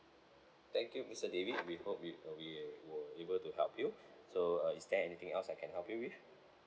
thank you mister david we hope we we were able to help you so uh is there anything else I can help you with